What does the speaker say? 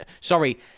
sorry